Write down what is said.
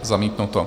Zamítnuto.